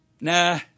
Nah